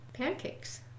Pancakes